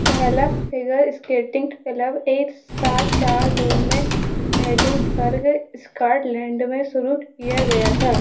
पहला figure skating club एक सात चार दो में एडिनबर्ग स्कॉटलैंड में शुरू किया गया था